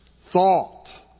thought